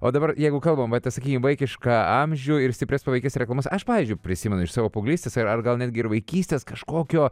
o dabar jeigu kalbam va tą sakykim vaikišką amžių ir stiprias paveikias reklamas aš pavyzdžiui prisimenu iš savo paauglystės ar ar gal netgi ir vaikystės kažkokio